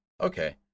okay